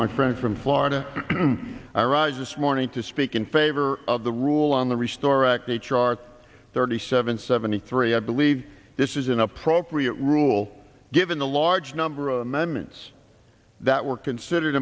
my friend from florida iraq this morning to speak in favor of the rule on the restore act h r thirty seven seventy three i believe this is an appropriate rule given the large number of amendments that were considered